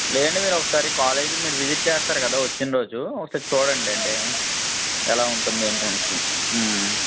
లేదంటే మీరు ఒకసారి కాలేజ్ని మీరు విజిట్ చేస్తారు కదా వచ్చిన రోజు ఒకసారి చూడండి అంటే ఎలా ఉంటుంది ఏంటి అనేసి